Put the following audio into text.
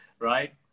right